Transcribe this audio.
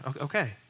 Okay